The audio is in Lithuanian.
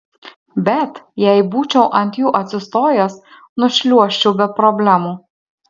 bet jei būčiau ant jų atsistojęs nušliuožčiau be problemų